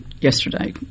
yesterday